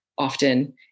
often